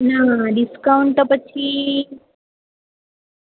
નાઆ discount તો પછી